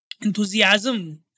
enthusiasm